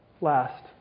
Last